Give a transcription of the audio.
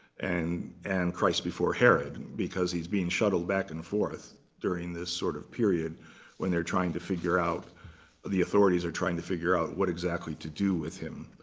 and and christ before herod, because he's being shuttled back and forth during this sort of period when they're trying to figure out the authorities are trying to figure out what exactly to do with him.